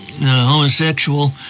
homosexual